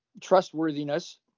trustworthiness